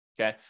okay